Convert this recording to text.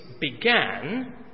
began